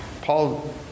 Paul